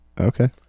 Okay